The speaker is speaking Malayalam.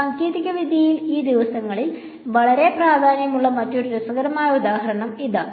സാങ്കേതികവിദ്യയിൽ ഈ ദിവസങ്ങളിൽ വളരെ പ്രാധാന്യമുള്ള മറ്റൊരു രസകരമായ ഉദാഹരണം ഇതാ